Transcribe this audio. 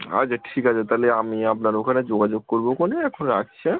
আচ্ছা ঠিক আছে তালে আমি আপনার ওখানে যোগাযোগ করবো এখনই এখন রাখছি হ্যাঁ